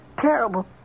terrible